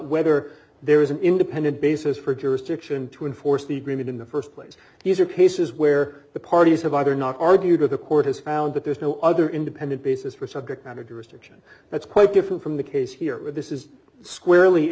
whether there is an independent basis for jurisdiction to enforce the agreement in the st place these are cases where the parties have either not argued with the court has found that there's no other independent basis for subject matter jurisdiction that's quite different from the case here but this is squarely